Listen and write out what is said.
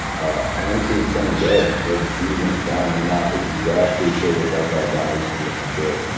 i am seeing some in red where the fees went down. i'm not exactly sure what that's all about, i got to look into it.